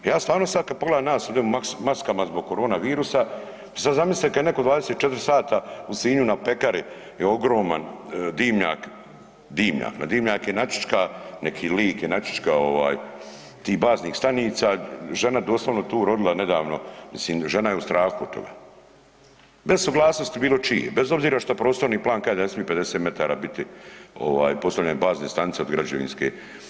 Ja sada stvarno kada pogledam nas ovdje u maskama zbog korona virusa sad zamislite kada je netko 24 sata u Sinju na pekari je ogroman dimnjak, dimnjak, na dimnjak je načička neki lik je načičkao tih baznih stanica žena doslovno tu rodila nedavno, mislim žena je u strahu od toga, bez suglasnosti bilo čije, bez obzir što prostorni plan kaže ne smije 50 metara biti postavljena bazna stanica od građevine.